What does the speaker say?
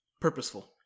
purposeful